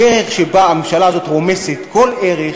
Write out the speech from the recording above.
הדרך שבה הממשלה הזאת רומסת כל ערך